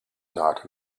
not